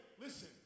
listen